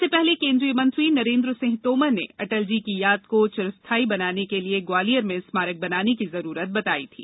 इससे पहले केंद्रीय मंत्री नरेंद्र सिंह तोमर ने अटलजी की याद को चिरस्थायी बनाने के लिए ग्वालियर में स्मारक बनाने की जरूरत बताई थी